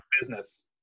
business